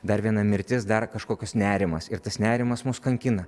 dar viena mirtis dar kažkokios nerimas ir tas nerimas mus kankina